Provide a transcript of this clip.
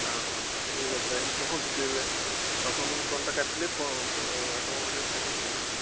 ହଁ ହଁ ଠିକ୍ ଅଛି ଭାଇ ମୁଁ ପହଁଞ୍ଚୁଛି ଏବେ ରଖନ୍ତୁ ମୁଁ ଫୋନଟା କାଟିଲି ଫୋ ଆପଣଙ୍କ ପାଖରେ ପହଞ୍ଚୁଛି